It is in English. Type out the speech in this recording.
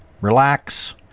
Relax